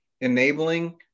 enabling